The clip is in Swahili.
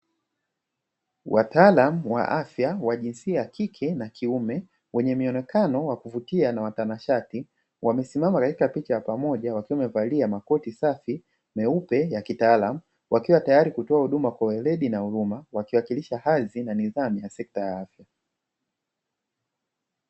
Wataalamu wa afya wa jinsia ya kike na kiume wenye mionekano ya kuvutia na watanashati, wamesimama katika picha ya pamoja wakivalia makoti safi meupe ya kitaalamu, wakiwa tayari kutoa huduma kwa weledi na huruma wakiwakilisha hadhi na nidhamu ya sekta ya afya.